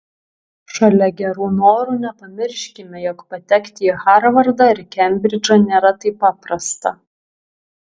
šalia gerų norų nepamirškime jog patekti į harvardą ar kembridžą nėra taip paprasta